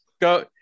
Go